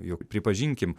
juk pripažinkim